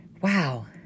wow